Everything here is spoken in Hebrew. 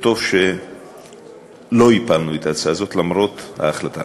וטוב שלא הפלנו את ההצעה הזאת למרות ההחלטה.